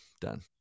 Done